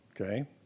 Okay